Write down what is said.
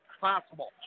possible